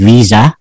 Visa